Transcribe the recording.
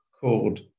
called